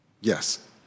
Yes